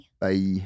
Bye